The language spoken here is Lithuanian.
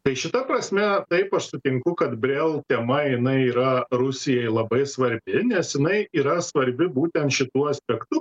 tai šita prasme taip aš sutinku kad brel tema jinai yra rusijai labai svarbi nes jinai yra svarbi būtent šituo aspektu